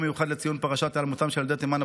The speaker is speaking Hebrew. מיוחד לציון פרשת היעלמותם של ילדי תימן,